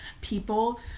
people